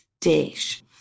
dish